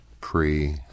pre